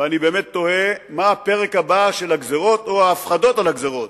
ואני באמת תוהה מה הפרק הבא של הגזירות או ההפחדות על הגזירות,